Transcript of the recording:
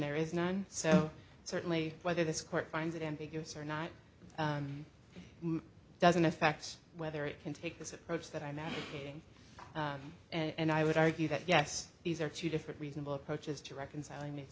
there is none so certainly whether this court finds it ambiguous or not doesn't affect whether it can take this approach that i'm advocating and i would argue that yes these are two different reasonable approaches to reconciling